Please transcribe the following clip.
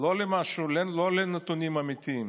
לא כנתונים אמיתיים